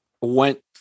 went